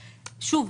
שוב,